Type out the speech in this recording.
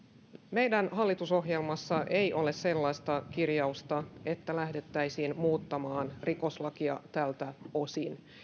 meidän hallitusohjelmassamme ei ole sellaista kirjausta että lähdettäisiin muuttamaan rikoslakia tältä osin